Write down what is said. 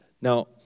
Now